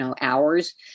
hours